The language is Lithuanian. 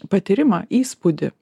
patyrimą įspūdį